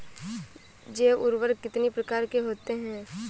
जैव उर्वरक कितनी प्रकार के होते हैं?